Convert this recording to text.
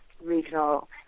regional